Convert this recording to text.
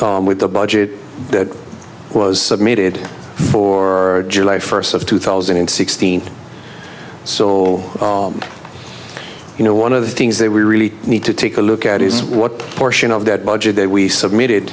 it with the budget that was needed for july first of two thousand and sixteen so you know one of the things that we really need to take a look at is what portion of that budget that we submitted